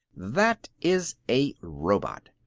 that is a robot.